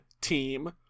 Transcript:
team